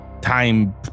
time